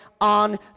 on